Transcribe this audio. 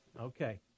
Okay